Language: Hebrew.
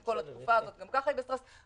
גם כל התקופה הזאת היא בלאו הכי בסטרס.